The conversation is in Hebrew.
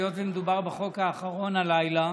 היות שמדובר בחוק האחרון הלילה,